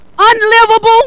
unlivable